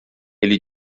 ele